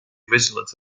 vigilant